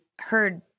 heard